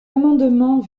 amendement